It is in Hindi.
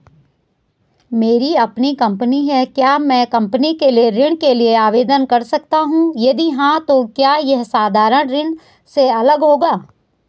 मेरी अपनी कंपनी है क्या मैं कंपनी के लिए ऋण के लिए आवेदन कर सकता हूँ यदि हाँ तो क्या यह साधारण ऋण से अलग होगा?